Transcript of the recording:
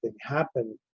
happen